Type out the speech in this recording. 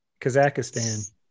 Kazakhstan